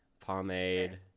pomade